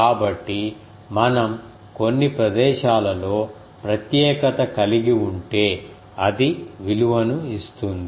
కాబట్టి మనం కొన్ని ప్రదేశాలలో ప్రత్యేకత కలిగి ఉంటే అది విలువను ఇస్తుంది